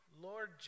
Lord